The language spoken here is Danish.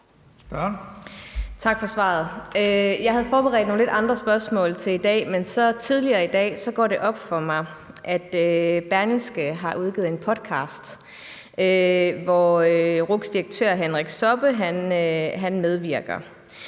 Jeg havde forberedt nogle lidt andre spørgsmål til i dag, men tidligere i dag gik det op for mig, at Berlingske har udgivet en podcast, hvor RUC's direktør, Henrik Zobbe, medvirker,